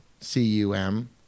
C-U-M